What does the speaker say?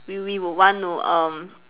we we would want to um